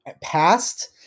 past